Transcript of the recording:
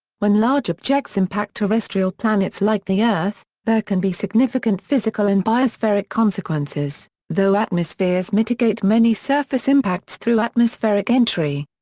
when large objects impact terrestrial planets like the earth, there can be significant physical and biospheric consequences, though atmospheres mitigate many surface impacts through atmospheric entry.